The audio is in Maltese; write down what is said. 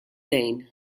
dejn